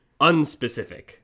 unspecific